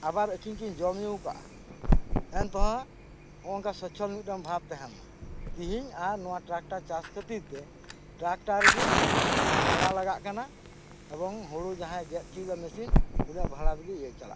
ᱟᱵᱟᱨ ᱟᱹᱠᱤᱱ ᱠᱤᱱ ᱡᱚᱢᱼᱧᱩ ᱟᱠᱟᱫᱼᱟ ᱮᱱ ᱨᱮᱦᱚᱸ ᱱᱚᱝᱠᱟᱱ ᱥᱚᱪᱪᱷᱚᱞ ᱢᱤᱫᱴᱟᱝ ᱵᱷᱟᱵᱽ ᱛᱟᱦᱮᱸᱞᱮᱱᱟ ᱛᱤᱦᱤᱧ ᱱᱚᱣᱟ ᱴᱨᱟᱠᱴᱟᱨ ᱪᱟᱥ ᱠᱷᱟᱹᱛᱤᱨ ᱛᱮ ᱴᱨᱟᱠᱴᱟᱨ ᱜᱮ ᱵᱷᱟᱲᱟ ᱞᱟᱜᱟᱜ ᱠᱟᱱᱟ ᱮᱵᱚᱝ ᱦᱩᱲᱩ ᱡᱟᱦᱟᱸᱭ ᱜᱮᱫ ᱦᱚᱪᱚᱭᱮᱫᱟ ᱢᱮᱹᱥᱤᱱ ᱩᱱᱤᱭᱟᱜ ᱵᱷᱟᱲᱟ ᱛᱮᱜᱮ ᱪᱟᱞᱟᱜ ᱠᱟᱱᱟ